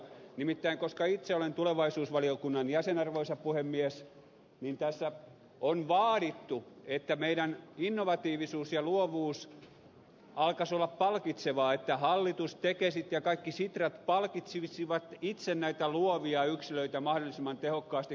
nimittäin koska itse olen tulevaisuusvaliokunnan jäsen arvoisa puhemies niin tässä on vaadittu että meidän innovatiivisuutemme ja luovuutemme alkaisi olla palkitsevaa että hallitus tekesit ja kaikki sitrat palkitsisivat itse näitä luovia yksilöitä mahdollisimman tehokkaasti